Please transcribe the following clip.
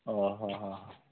ଓହୋ ହୋ